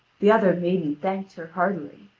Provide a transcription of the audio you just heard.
the other maiden thanked her heartily.